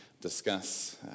discuss